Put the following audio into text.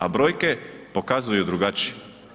A brojke pokazuju drugačije.